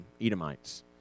Edomites